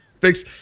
Thanks